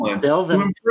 Delvin